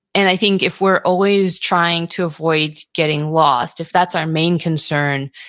and i think if we're always trying to avoid getting lost, if that's our main concern,